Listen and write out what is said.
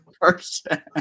person